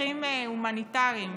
בצרכים הומניטריים